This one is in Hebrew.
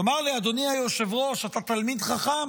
תאמר לי, אדוני היושב-ראש, אתה תלמיד חכם,